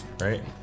right